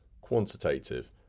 quantitative